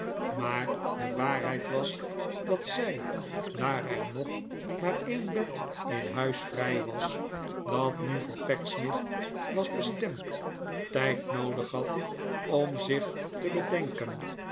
maar de waarheid was dat zij daar er nog maar een bed in huis vrij was dat nu voor pecksniff was bestemd tijd noodig had om zich te bedenken